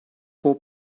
for